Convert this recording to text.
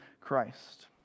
Christ